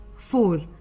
four.